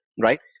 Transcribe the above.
right